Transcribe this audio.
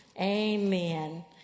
Amen